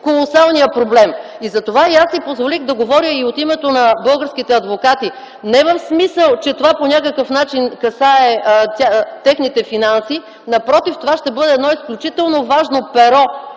колосалният проблем. Затова и аз си позволих да говоря от името на българските адвокати, не в смисъл, че това по някакъв начин касае техните финанси, напротив, това ще бъде едно изключително важно перо